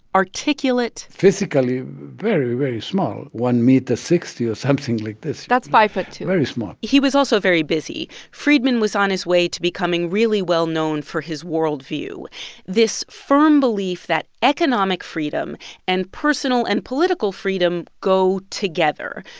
articulate physically very, very small one meter sixty or something like this that's five foot two point very small he was also very busy. friedman was on his way to becoming really well-known for his world view this firm belief that economic freedom and personal and political freedom go together.